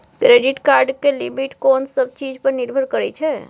Credit card के limit कोन सब चीज पर निर्भर करै छै?